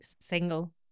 single